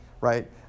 right